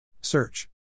Search